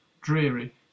dreary